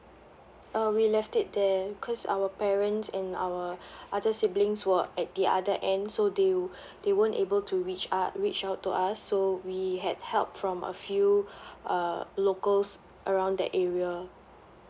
uh we left it there cause our parents and our other siblings were at the other end so they won't they won't able to reach up reach out to us so we had help from a few uh locals around that area